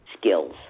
skills